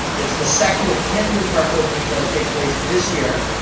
it's the second of ten new park openings that'll take place this year.